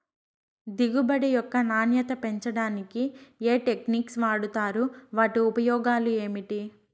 దిగుబడి యొక్క నాణ్యత పెంచడానికి ఏ టెక్నిక్స్ వాడుతారు వాటి ఉపయోగాలు ఏమిటి?